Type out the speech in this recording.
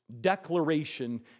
declaration